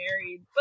married